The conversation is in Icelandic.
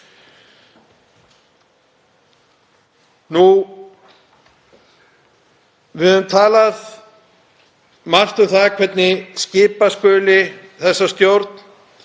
Við höfum talað margt um það hvernig skipa skuli þessa stjórn,